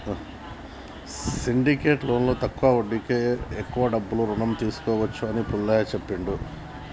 syndicate లోన్లో తక్కువ వడ్డీకే ఎక్కువ డబ్బు రుణంగా తీసుకోవచ్చు అని పుల్లయ్య చెప్పిండు